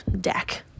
deck